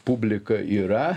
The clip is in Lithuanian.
publiką yra